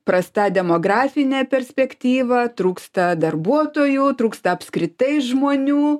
prasta demografinė perspektyva trūksta darbuotojų trūksta apskritai žmonių